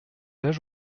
âge